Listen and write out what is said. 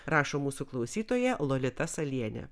rašo mūsų klausytoja lolita salienė